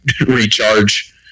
recharge